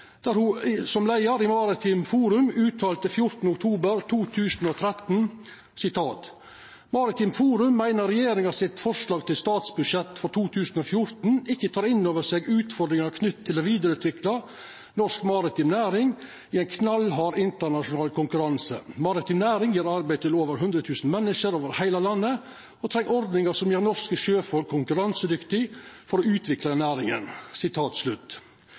der ho som leiar i Maritimt Forum uttalte den 14. oktober 2013: «Maritimt Forum mener regjeringens forslag til statsbudsjett for 2014 ikke tar inn over seg utfordringene knyttet til å videreutvikle norsk maritim næring i en knallhard internasjonal konkurranse. Maritim næring gir arbeid til 100 000 mennesker over hele landet, og trenger ordninger som gjør norske sjøfolk konkurransedyktige for å utvikle næringen.»